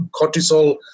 cortisol